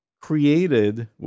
created